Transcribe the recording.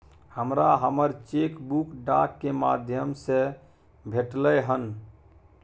हमरा हमर cheque book डाक के माध्यम से भेटलय हन